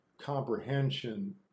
comprehension